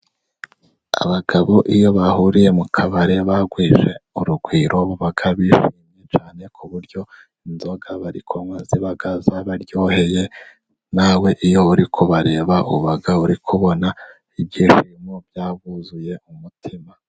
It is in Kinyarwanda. Abagabo iyo bahuriye mu kabari bagwije urugwiro baba bishimye cyane, ku buryo inzoga bari kunywa ziba zabaryoheye, nawe iyo uri kubareba uba uri kubona ibyishimo byabuzuye umutima.